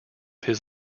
his